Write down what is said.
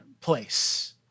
place